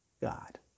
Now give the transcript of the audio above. God